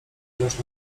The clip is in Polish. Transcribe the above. grasz